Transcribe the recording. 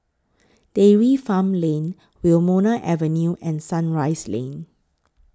Dairy Farm Lane Wilmonar Avenue and Sunrise Lane